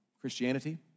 Christianity